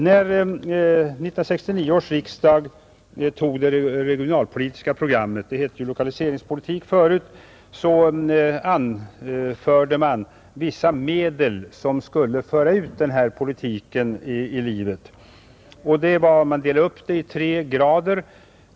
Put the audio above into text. När 1969 års riksdag antog det regionalpolitiska programmet — det hette ju tidigare lokaliseringspolitik — höll man fram vissa medel som skulle föra ut denna politik i praktiken. De delades upp i tre kategorier.